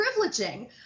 privileging